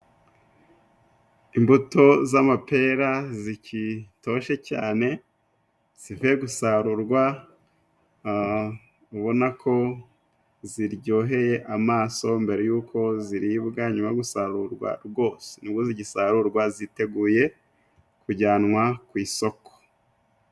Imbuto z'amapera zikitoshye cyane sivuye gusarurwa ubona ko ziryoheye amaso mbere y'uko ziribwa nyuma yo gusarurwa rwose, nibwo zigisarurwa ziteguye kujyanwa ku isoko.